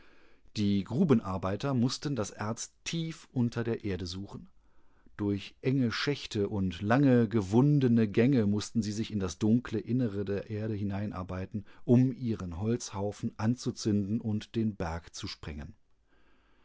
die grubenarbeiter mußten das erz tief unter der erde suchen durch enge schächteundlange gewundenegängemußtensiesichindasdunkleinnere der erde hineinarbeiten um ihren holzhaufen anzuzünden und den berg zu sprengen